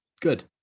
good